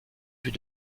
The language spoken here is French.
vues